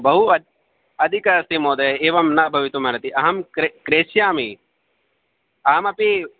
बहु अधिकम् अस्ति महोदय एवं ना भवतुमर्हति अहं क्रेष्यामि अहमपि